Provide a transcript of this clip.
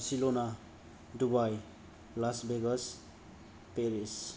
Barcelona Dubai Las Vegas Paris